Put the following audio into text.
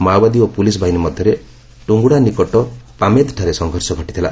ମାଓବାଦୀ ଓ ପୁଲିସ୍ ବାହିନୀ ମଧ୍ୟରେ ଟଙ୍ଗୁଡ଼ା ନିକଟ ପାମେଦଠାରେ ସଂଘର୍ଷ ଘଟିଥିଲା